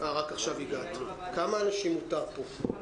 תגידי באופן מסודר, דבורה,